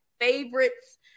favorites